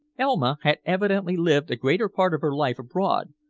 elma had evidently lived a greater part of her life abroad,